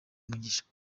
umugisha